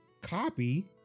copy